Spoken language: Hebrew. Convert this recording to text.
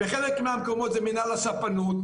בחלק מהמקומות זה מינהל הספנות.